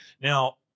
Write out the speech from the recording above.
Now